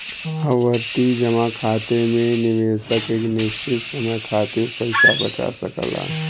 आवर्ती जमा खाता में निवेशक एक निश्चित समय खातिर पइसा बचा सकला